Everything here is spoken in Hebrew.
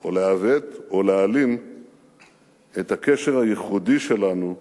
או לעוות או להעלים את הקשר הייחודי שלנו לארץ-ישראל,